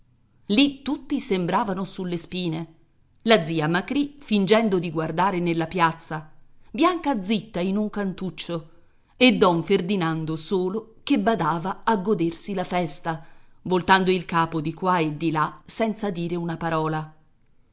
lì tutti sembravano sulle spine la zia macrì fingendo di guardare nella piazza bianca zitta in un cantuccio e don ferdinando solo che badava a godersi la festa voltando il capo di qua e di là senza dire una parola